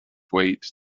weight